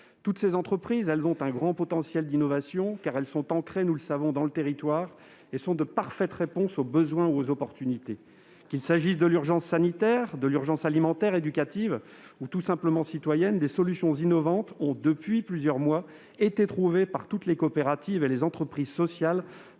Toutes ces entreprises ont un grand potentiel d'innovation, car elles sont ancrées dans le territoire et sont de parfaites réponses aux besoins ou aux opportunités. Qu'il s'agisse de l'urgence sanitaire, alimentaire, éducative ou tout simplement citoyenne, des solutions innovantes ont, depuis plusieurs mois, été trouvées par toutes les coopératives et entreprises sociales